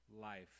life